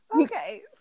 Okay